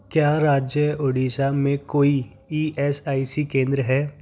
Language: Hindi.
क्या राज्य ओडिसा में कोई ई एस आई सी केंद्र हैं